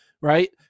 right